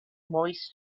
moist